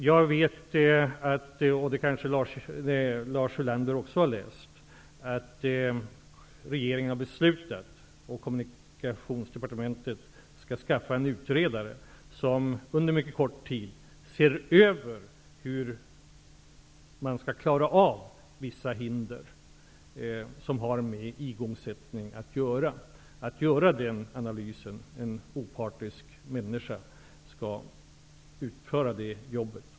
Jag vet att -- det kanske också Lars Ulander har läst -- regeringen har fattat beslut om att Kommunikationsdepartementet skall skaffa en utredare som under en mycket kort tid skall se över vissa hinder för igångsättandet. En opartisk utredare skall göra en analys.